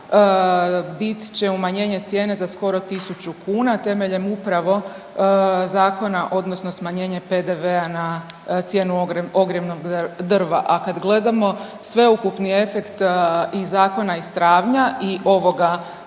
bit će umanjenje cijene za skoro 1000 kuna temeljem upravo Zakona, odnosno smanjenje PDV-a na cijenu ogrjevnog drva. A kad gledamo sveukupni efekt iz zakona iz travnja i ovoga